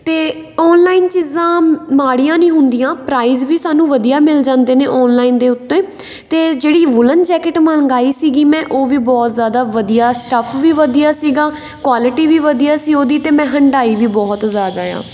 ਅਤੇ ਔਨਲਾਈਨ ਚੀਜ਼ਾਂ ਮਾੜੀਆਂ ਨਹੀਂ ਹੁੰਦੀਆਂ ਪ੍ਰਾਈਜ਼ ਵੀ ਸਾਨੂੰ ਵਧੀਆ ਮਿਲ ਜਾਂਦੇ ਨੇ ਔਨਲਾਈਨ ਦੇ ਉੱਤੇ ਅਤੇ ਜਿਹੜੀ ਵੂਲਨ ਜੈਕਿਟ ਮੰਗਵਾਈ ਸੀਗੀ ਮੈਂ ਉਹ ਵੀ ਬਹੁਤ ਜ਼ਿਆਦਾ ਵਧੀਆ ਸਟੱਫ ਵੀ ਵਧੀਆ ਸੀਗਾ ਕੁਆਲਿਟੀ ਵੀ ਵਧੀਆ ਸੀ ਉਹਦੀ ਅਤੇ ਮੈਂ ਹੰਡਾਈ ਵੀ ਬਹੁਤ ਜ਼ਿਆਦਾ ਆ